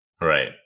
Right